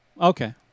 okay